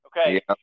okay